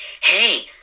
hey